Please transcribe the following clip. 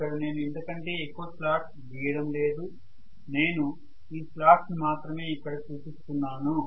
ఇక్కడ నేను ఇంతకంటే ఎక్కువ స్లాట్స్ గీయడం లేదు నేను ఈ స్లాట్స్ ని మాత్రమే ఇక్కడ చూపిస్తున్నాను